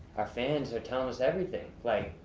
our fans are tellin' us everything, like,